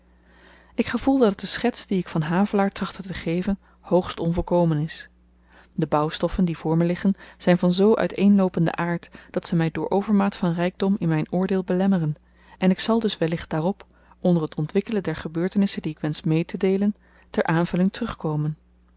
ik gevoel dat de schets die ik van havelaar trachtte te geven hoogst onvolkomen is de bouwstoffen die voor me liggen zyn van zoo uiteenloopenden aard dat ze my door overmaat van rykdom in myn oordeel belemmeren en ik zal dus wellicht daarop onder het ontwikkelen der gebeurtenissen die ik wensch meetedeelen ter aanvulling terugkomen